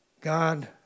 God